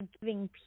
giving